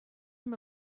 him